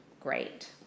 great